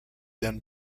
then